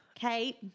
Kate